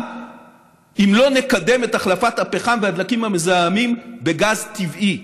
אם לא נקדם את החלפת הפחם והדלקים המזהמים בגז טבעי.